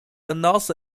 announced